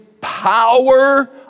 power